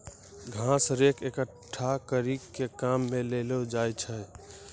घास रेक एकठ्ठा करी के काम मे लैलो जाय छै